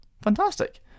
Fantastic